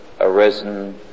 arisen